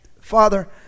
Father